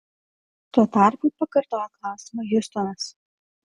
tuo tarpu pakartojo klausimą hjustonas